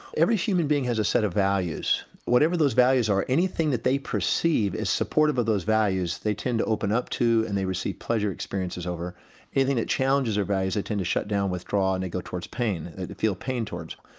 every human being has a set of values. whatever those values are, anything that they perceive is supportive of those values, they tend to open up to, and they receive pleasure experiences over anything that challenges their values they tend to shut down, withdraw and they go towards pain, they feel pain towards.